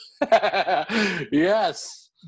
yes